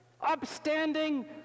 upstanding